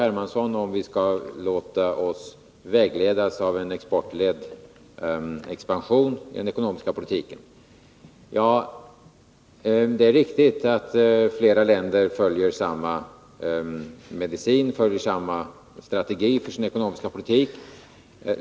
Hermansson — om vi skall låta oss vägledas av en exportledd expansion i den ekonomiska politiken? Ja, det är riktigt att flera länder följer samma strategi för sin ekonomiska politik.